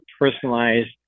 personalized